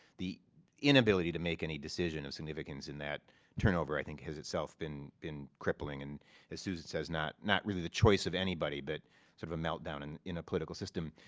the inability to make any decision of significance in that turnover i think has itself been been crippling and as susan says, not not really the choice of anybody but sort of a meltdown and in a political system.